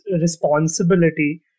responsibility